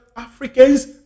Africans